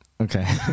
Okay